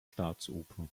staatsoper